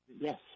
Yes